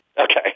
Okay